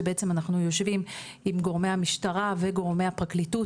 שבעצם אנחנו יושבים עם גורמי המשטרה וגורמי הפרקליטות,